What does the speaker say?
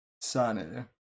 Sunny